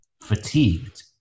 fatigued